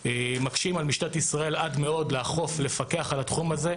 מקשים עד מאוד על משטרת ישראל לאכוף ולפקח על התחום הזה.